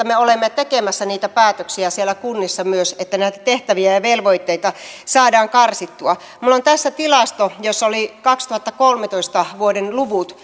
me olemme tekemässä niitä päätöksiä siellä kunnissa myös että näitä tehtäviä ja velvoitteita saadaan karsittua minulla on tässä tilasto jossa on vuoden kaksituhattakolmetoista luvut